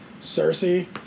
Cersei